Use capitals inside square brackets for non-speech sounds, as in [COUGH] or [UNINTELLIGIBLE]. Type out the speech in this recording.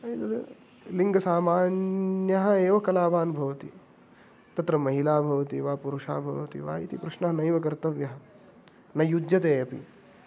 [UNINTELLIGIBLE] लिङ्गसामान्यः एव कलावान् भवति तत्र महिला भवति वा पुरुषः भवति वा इति प्रश्नः नैव कर्तव्यः न युज्यते अपि